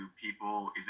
people